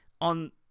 on